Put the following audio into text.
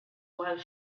while